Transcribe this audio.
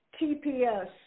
TPS